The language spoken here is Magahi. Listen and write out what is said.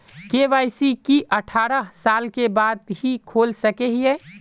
के.वाई.सी की अठारह साल के बाद ही खोल सके हिये?